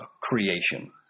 creation